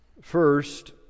First